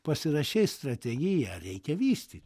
pasirašei strategiją ją reikia vystyt